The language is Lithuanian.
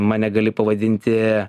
mane gali pavadinti